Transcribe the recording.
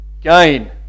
gain